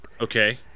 okay